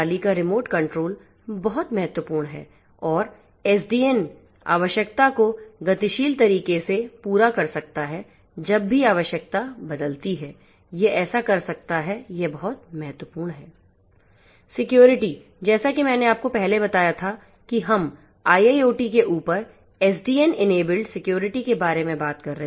का remote control बहुत महत्वपूर्ण है और SDN आवश्यकता को गतिशील तरीके से पूरा कर सकता है जब भी आवश्यकता बदलती है यह ऐसा कर सकता है यह बहुत महत्वपूर्ण है सिक्योरिटी जैसा कि मैंने आपको पहले बताया था कि हम IIoT के ऊपर SDN एनेबिल्ड सिक्योरिटी के बारे में बात कर रहे हैं